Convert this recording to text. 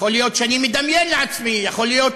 יכול להיות שאני מדמיין לעצמי, יכול להיות